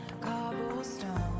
cobblestone